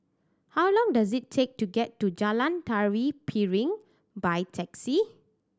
how long does it take to get to Jalan Tari Piring by taxi